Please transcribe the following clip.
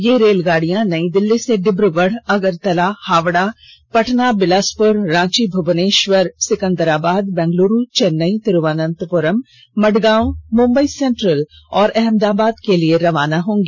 ये रेलगाडियां नई दिल्ली से डिबरूगढ अगरतला हावडा पटना बिलासपुर रांची भूबनेश्वर सिकंदराबाद बेंगलुरू चेन्नई तिरूवनंतपुरम मडगांव मुंबई सेंट्रल और अहमदाबाद के लिए रवाना होंगी